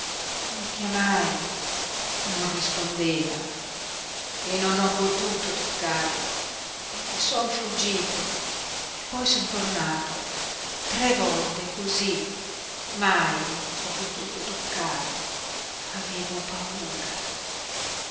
lo chiamai non rispondeva e non ho potuto toccarlo e son fuggito e poi son tornato tre volte cosí mai ho potuto toccarlo avevo paura